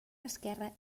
esquerra